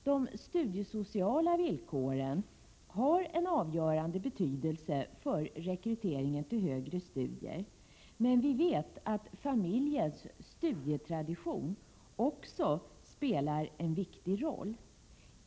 De studiesociala villkoren har en avgörande betydelse för rekryteringen till högre studier, men vi vet att familjens studietradition också spelar en viktig roll.